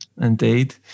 indeed